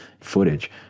footage